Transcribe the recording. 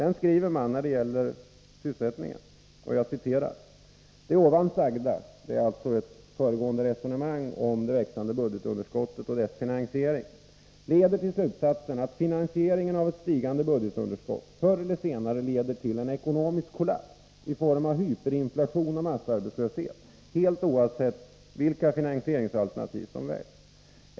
SNS skriver när det gäller sysselsättningen: ”Det ovan sagda” — det gäller ett föregående resonemang om det växande budgetunderskottet och dess finansiering — ”leder till slutsatsen att finansieringen av ett stigande budgetunderskott förr eller senare leder till en ekonomisk kollaps i form av hyperinflation och massarbetslöshet, helt oavsett vilka finansieringsalternativ som väljs.